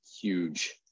huge